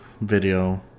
video